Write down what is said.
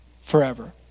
forever